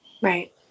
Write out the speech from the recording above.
Right